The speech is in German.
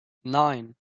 nein